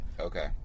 Okay